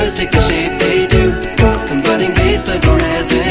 take the shape they do combining base-level